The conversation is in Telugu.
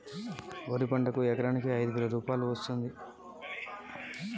వరి పంటకు ఎకరాకు ఎంత వరకు ఋణం వస్తుంది దాన్ని ఏ విధంగా తెలుసుకోవాలి?